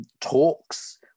Talks